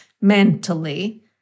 mentally